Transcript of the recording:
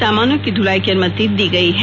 सामानों की दलाई की अनुमति दी गई है